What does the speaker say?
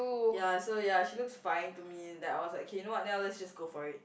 ya so ya she looks fine to me that I was like okay you know what then I will just go for it